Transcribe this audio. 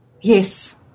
Yes